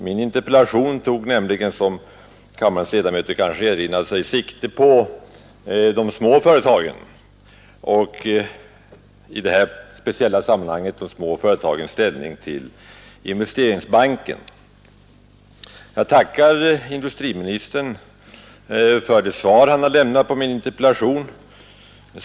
Min interpellation avsåg nämligen, som kammarens ledamöter kanske erinrar sig, de små företagen, och i det här speciella sammanhanget de små företagens ställning till Investeringsbanken. Jag tackar industriministern för det svar han har lämnat på min interpellation.